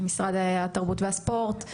עם משרד התרבות והספורט.